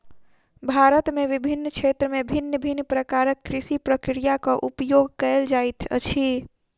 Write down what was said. भारत में विभिन्न क्षेत्र में भिन्न भिन्न प्रकारक कृषि प्रक्रियाक उपयोग कएल जाइत अछि